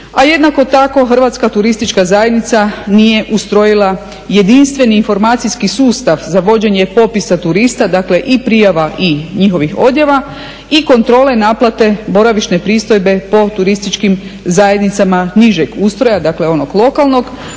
a jednako tako Hrvatska turistička zajednica nije ustrojila jedinstveni informacijski sustav za vođenje popisa turista, dakle i prijava i njihovih odjava i kontrole naplate boravišne pristojbe po turističkim zajednicama nižeg ustroja, dakle onog lokalnog